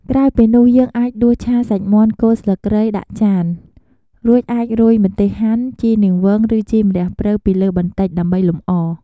ក្រោយពីនោះ យើងអាចដួសឆាសាច់មាន់គល់ស្លឹកគ្រៃដាក់ចាន រួចអាចរោយម្ទេសហាន់ ជីនាងវងឬជីម្រះព្រៅពីលើបន្តិច ដើម្បីលម្អ។